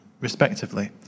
respectively